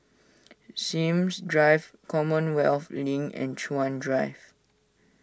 Sims Drive Commonwealth Link and Chuan Drive